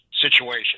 Situation